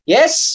Yes